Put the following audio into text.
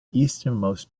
easternmost